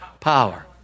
power